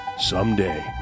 Someday